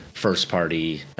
first-party